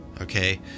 okay